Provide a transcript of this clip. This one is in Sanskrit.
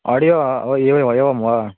आडियो हो एव एवं वा